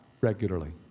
regularly